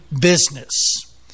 business